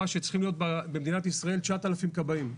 שצריכים להיות במדינת ישראל 9,000 כבאים.